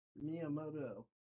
Miyamoto